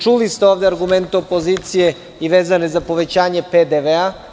Čuli ste ovde argument opozicije vezano za povećanje PDV.